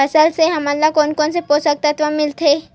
फसल से हमन ला कोन कोन से पोषक तत्व मिलथे?